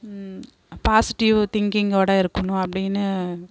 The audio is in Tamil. பாசிட்டிவ் திங்கிங்கோட இருக்கணும் அப்படின்னு